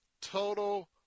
total